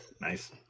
nice